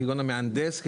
מהנדס,